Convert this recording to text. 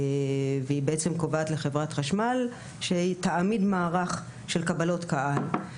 והיא בעצם קובעת לחב' חשמל שהיא תעמיד מערך של קבלות קהל.